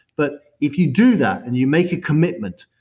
but if you do that and you make a commitment,